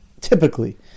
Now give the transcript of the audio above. typically